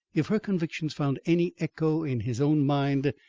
if her convictions found any echo in his own mind,